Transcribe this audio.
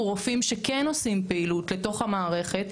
רופאים שכן עושים פעילות לתוך המערכת.